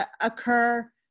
occur